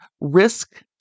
risk